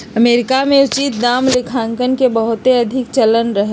America में उचित दाम लेखांकन के बहुते अधिक चलन रहै